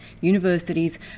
universities